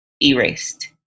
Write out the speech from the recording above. erased